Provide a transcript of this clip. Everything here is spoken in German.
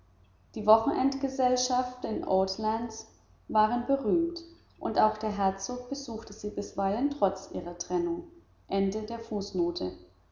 die wochenendgesellschaften in oatlands waren berühmt und auch der herzog besuchte sie bisweilen trotz ihrer trennung